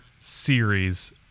series